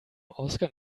ausgang